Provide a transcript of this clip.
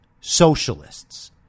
socialists